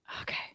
Okay